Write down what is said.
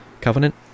covenant